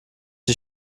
die